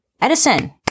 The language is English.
Edison